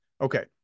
Okay